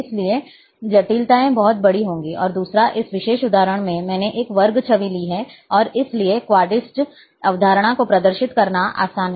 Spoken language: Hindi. इसलिए जटिलताएं बहुत बड़ी होंगी और दूसरा इस विशेष उदाहरण में मैंने एक वर्ग छवि ली है और इसलिए क्वाड्रिक्स अवधारणा को प्रदर्शित करना आसान है